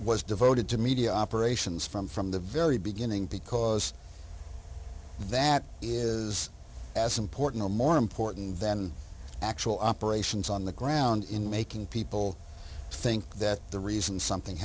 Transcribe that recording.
was devoted to media operations from from the very beginning because that is as important or more important than actual operate on the ground in making people think that the reason something